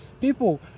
People